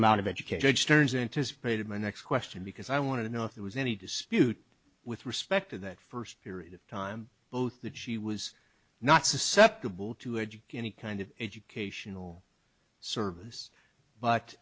amount of educated stern's interest paid my next question because i want to know if there was any dispute with respect to that first period of time both that she was not susceptible to educate any kind of educational service but